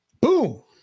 Boom